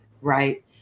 right